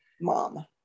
mom